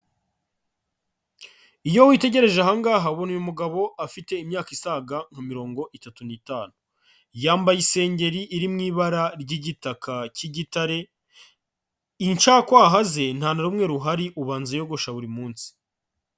Iyo witegereje aha ngaha ubona uyu mugabo afite imyaka isaga nka mirongo itatu n'itanu, yambaye isengeri iri mu ibara ry'igitaka cy'igitare, incakwaha ze nta na rumwe ruhari ubanza yogosha buri munsi.